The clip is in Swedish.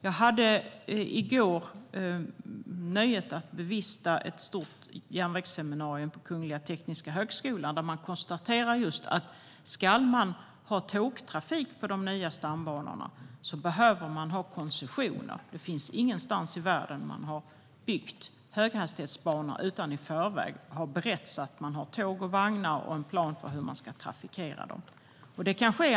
Jag hade i går nöjet att bevista ett stort järnvägsseminarium på Kungliga Tekniska högskolan. Där konstaterades just att ska man ha tågtrafik på de nya stambanorna behöver man ha koncessioner. Ingenstans i världen har man byggt höghastighetsbanor utan att ha förberett med tåg och vagnar och med en plan för hur man ska trafikera banorna.